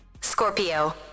Scorpio